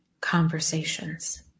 conversations